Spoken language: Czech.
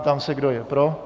Ptám se, kdo je pro.